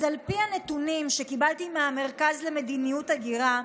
אז על פי הנתונים שקיבלתי מהמרכז למדיניות הגירה,